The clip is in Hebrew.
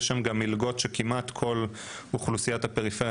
יש גם מלגות שכמעט כל אוכלוסיית הפריפריה